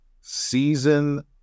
season